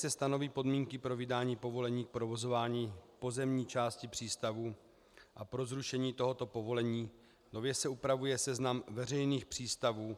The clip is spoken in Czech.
Nově se stanoví podmínky pro vydání povolení k provozování pozemní části přístavů a pro zrušení tohoto povolení, nově se upravuje seznam veřejných přístavů.